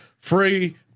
free